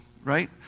right